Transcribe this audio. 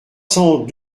cent